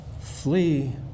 flee